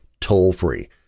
toll-free